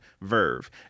Verve